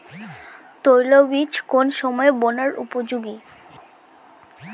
তৈলবীজ কোন সময়ে বোনার উপযোগী?